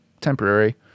temporary